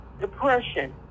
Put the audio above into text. depression